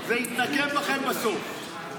זה יתנקם בכם בסוף.